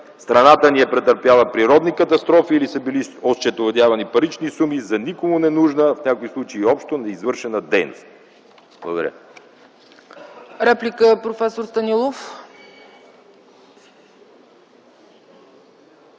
страната ни е претърпяла природни катастрофи или са били осчетоводявани парични суми за никому ненужна, в някои случаи и общо неизвършена дейност. Благодаря.